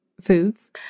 foods